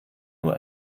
nur